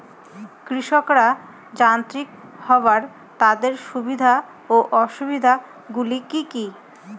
কৃষকরা যান্ত্রিক হওয়ার তাদের সুবিধা ও অসুবিধা গুলি কি কি?